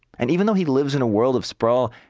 and even though he lives in a world of sprawl,